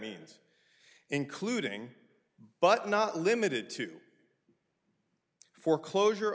means including but not limited to foreclosure